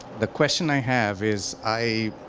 the question i have is i,